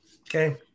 Okay